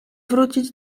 wrócić